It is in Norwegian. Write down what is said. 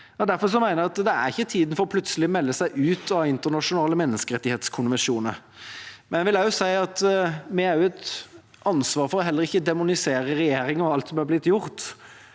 Derfor mener jeg det ikke er tida for plutselig å melde seg ut av internasjonale menneskerettighetskonvensjoner. Jeg vil også si at vi har et ansvar for heller ikke å demonisere regjeringa og alt som er blitt gjort,